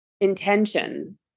intention